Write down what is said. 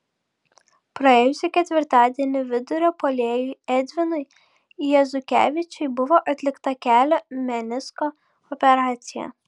praėjusį ketvirtadienį vidurio puolėjui edvinui jezukevičiui buvo atlikta kelio menisko operacija